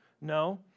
No